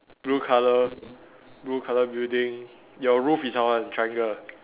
blue colour blue colour building your roof is how one triangle